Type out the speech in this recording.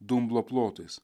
dumblo plotais